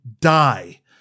die